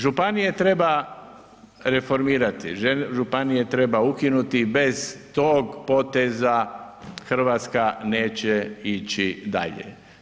Županije treba reformirati, županije treba ukinuti bez tog poteza Hrvatska neće ići dalje.